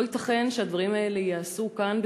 לא ייתכן שהדברים האלה ייעשו כאן,